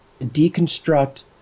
deconstruct